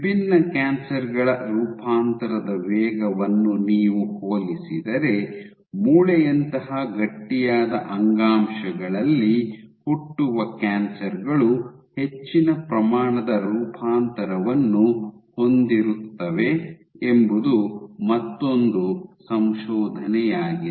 ವಿಭಿನ್ನ ಕ್ಯಾನ್ಸರ್ ಗಳ ರೂಪಾಂತರದ ವೇಗವನ್ನು ನೀವು ಹೋಲಿಸಿದರೆ ಮೂಳೆಯಂತಹ ಗಟ್ಟಿಯಾದ ಅಂಗಾಂಶಗಳಲ್ಲಿ ಹುಟ್ಟುವ ಕ್ಯಾನ್ಸರ್ ಗಳು ಹೆಚ್ಚಿನ ಪ್ರಮಾಣದ ರೂಪಾಂತರವನ್ನು ಹೊಂದಿರುತ್ತವೆ ಎಂಬುದು ಮತ್ತೊಂದು ಸಂಶೋಧನೆಯಾಗಿದೆ